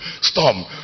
storm